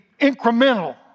incremental